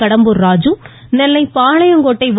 கடம்பூர் ராஜு நெல்லை பாளையங்கோட்டை வ